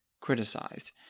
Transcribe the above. criticized